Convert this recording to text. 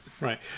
right